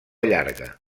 llarga